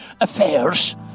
affairs